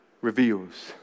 reveals